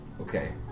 Okay